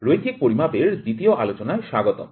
রৈখিক পরিমাপ এর ২'য় আলোচনায় স্বাগতম